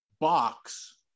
box